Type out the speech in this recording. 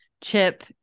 Chip